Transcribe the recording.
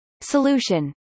Solution